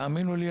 תאמינו לי,